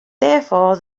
therefore